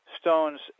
stones